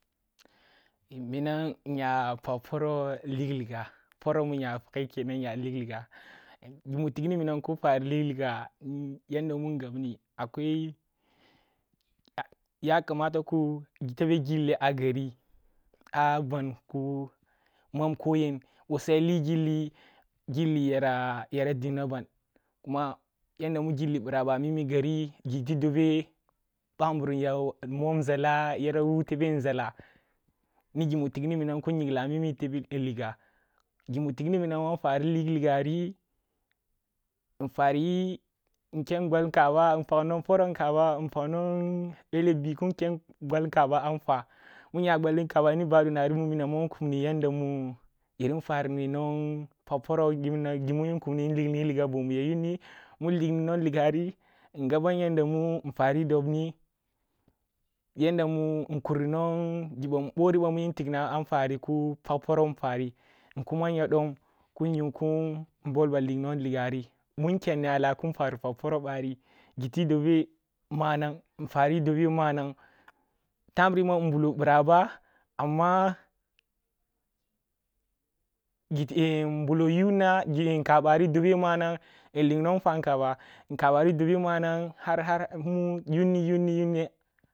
Mmam nya poroh lig lilliga, poro mu’nya page kenan, nya lig lilliga, gimi tigni mina kin fari lig ligga ni yada mun gabni akwai yakamata ki tebe gilli a gari, a ban ki mam koyen gilli, bo suya li gilli, gilli yara dimna ban kuma yanda mu gilli bira ba a mimi gari giti dobe bamburum yara munnȝala bamburum yara wu tobe nȝala ni gimu tigni minam nyinla liga, gimatig ni minam ma nfari lig liggari nfan nken gwal nkaba npag nwong poroh nkaba npag nwong belle bi kin ken gwal nkaba a nfwa mun nya gwal nkaba ni bado nari mu minam ma nkummini yada mu yirin farini pag poroh yin ligni ligga boh muya yunni, mun ligni ligari ngabam yadda mu nfwa ri ɗobni yanda mu nkumni bori bamu yin lig ni liggari kipag poro manang dom nkumamya dom kun yu kun lig nwon liggari munnkeni a lah kin ken bol ligg nwong liggari, munnkeni lah kin yu kun bol nwon ligari giti dobe mawang tineri nbulo bira ba amma nbulo yu nah nkabari dobe manang har har niyuni